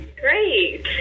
Great